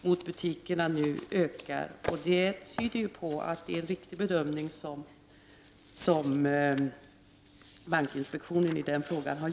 Det tyder ju på att bankinspektionen har gjort en riktig bedömning i den frågan.